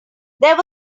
there